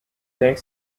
think